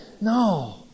No